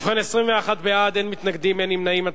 ובכן, 21 בעד, אין מתנגדים, אין נמנעים.